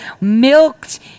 milked